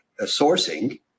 sourcing